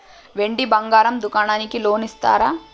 వెండి బంగారం దుకాణానికి లోన్ ఇస్తారా?